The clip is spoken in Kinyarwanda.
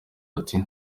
ati